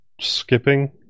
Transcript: skipping